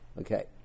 Okay